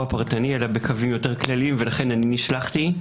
הפרטני אלא בקווים יותר כלליים ולכן אני נשלחתי.